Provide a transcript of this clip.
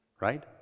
right